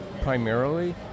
primarily